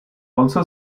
also